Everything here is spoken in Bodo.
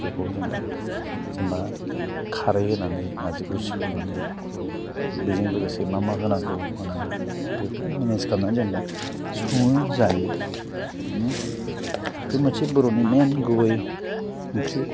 बेखौ जेनेबा जेनेबा खारै होनानै नारजिखौ संनानै बेजों लोगोसे मा मा होनांगौ होनाङा बेफोरखौ मेनेज खालामनानै जेनेबा सङो जायो बे मोनसे बर'नि मेइन गुबै ओंख्रि